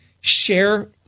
share